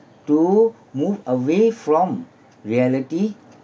to move away from reality